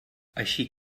així